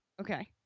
Okay